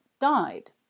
died